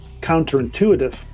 counterintuitive